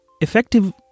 Effective